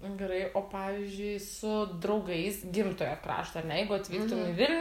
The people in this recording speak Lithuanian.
gerai o pavyzdžiui su draugais gimtojo krašto a ne jeigu atvyktum į vilnių